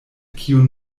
kiun